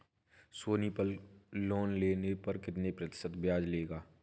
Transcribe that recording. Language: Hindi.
सोनी पल लोन लेने पर कितने प्रतिशत ब्याज लगेगा?